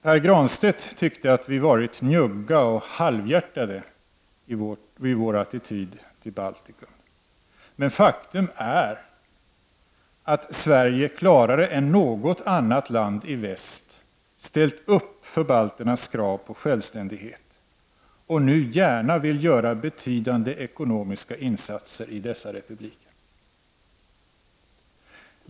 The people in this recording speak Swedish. Pär Granstedt tyckte att vi har visat en njugg och halvhjärtad attityd till Baltikum. Men faktum är att Sverige klarare än något annat land i väst har ställt upp på balternas krav på självständighet och nu gärna vill göra betydande ekonomiska insatser i dessa republiker.